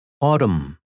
Autumn